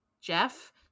Jeff